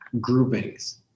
groupings